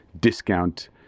discount